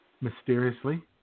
mysteriously